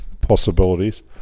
possibilities